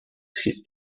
his